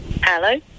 Hello